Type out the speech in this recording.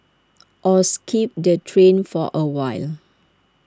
or skip the train for awhile